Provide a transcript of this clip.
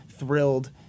thrilled